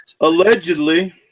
Allegedly